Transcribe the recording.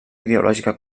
ideològica